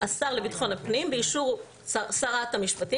השר לביטחון הפנים באישור שרת המשפטים